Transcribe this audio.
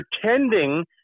pretending